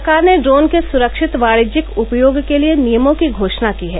सरकार ने ड्रोन के सुरक्षित वाणिज्यिक उपयोग के लिए नियमों की घोषणा की है